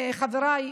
חבריי,